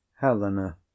Helena